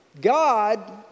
God